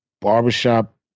Barbershop